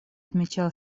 отмечал